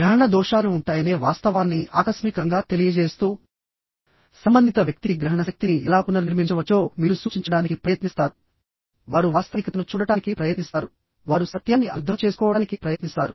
గ్రహణ దోషాలు ఉంటాయనే వాస్తవాన్ని ఆకస్మికంగా తెలియజేస్తూ సంబంధిత వ్యక్తికి గ్రహణశక్తిని ఎలా పునర్నిర్మించవచ్చో మీరు సూచించడానికి ప్రయత్నిస్తారు వారు వాస్తవికతను చూడటానికి ప్రయత్నిస్తారు వారు సత్యాన్ని అర్థం చేసుకోవడానికి ప్రయత్నిస్తారు